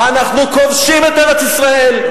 אנחנו כובשים את ארץ-ישראל,